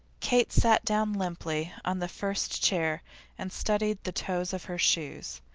kate sat down limply on the first chair and studied the toes of her shoes.